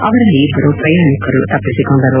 ಅವರಲ್ಲಿ ಇಬ್ಬರು ಪ್ರಯಾಣಿಕರು ತಪ್ಪಿಸಿಕೊಂಡರು